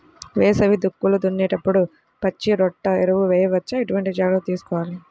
వేసవి దుక్కులు దున్నేప్పుడు పచ్చిరొట్ట ఎరువు వేయవచ్చా? ఎటువంటి జాగ్రత్తలు తీసుకోవాలి?